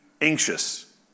anxious